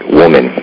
woman